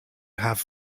have